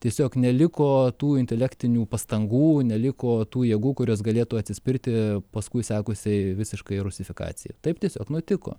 tiesiog neliko tų intelektinių pastangų neliko tų jėgų kurios galėtų atsispirti paskui sekusiai visiškai rusifikacijai taip tiesiog nutiko